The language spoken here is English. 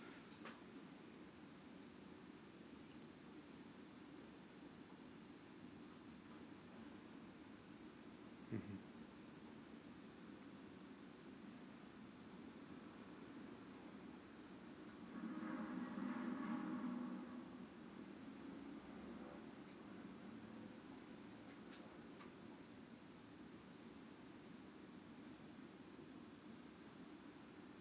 mmhmm